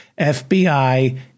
FBI